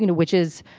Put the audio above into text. you know which is,